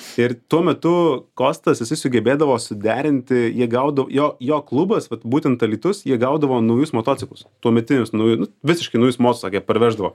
ir tuo metu kostas jisai sugebėdavo suderinti jie gaudavo jo jo klubas vat būtent alytus jie gaudavo naujus motociklus tuometinius naujus visiškai naujus mocus tokie parveždavo